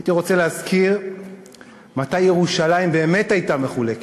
הייתי רוצה להזכיר מתי ירושלים באמת הייתה מחולקת: